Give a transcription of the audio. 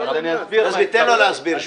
אסביר שוב.